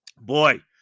boy